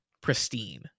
pristine